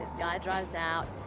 guy drives out,